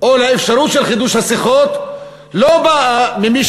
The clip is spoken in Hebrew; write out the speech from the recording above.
או לאפשרות של חידוש השיחות לא באה ממי